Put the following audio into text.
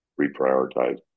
reprioritize